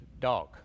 dog